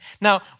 Now